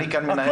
אני כאן מנהל,